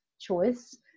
choice